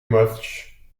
much